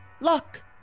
Luck